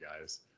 guys